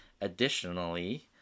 additionally